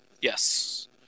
Yes